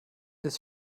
des